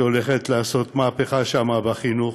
שהולכת לעשות מהפכה שמה בחינוך